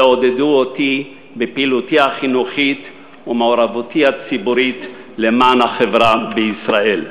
ועודדו אותי בפעילותי החינוכית ומעורבותי הציבורית למען החברה בישראל.